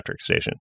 station